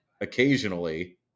occasionally